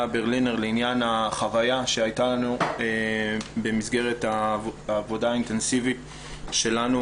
ברלינר בעניין החוויה שהייתה לנו במסגרת העבודה האינטנסיבית שלנו.